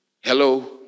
Hello